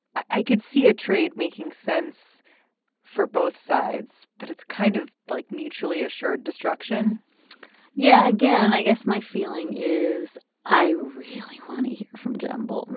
i could see a trade making sense for both sides. but it's kind of like mutually assured destruction yeah. again, i guess my feeling is i really want to hear from jumble.